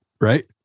right